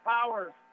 Powers